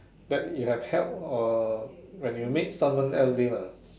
that you have helped or when you made someone else day lah